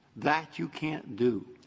that, you can't do.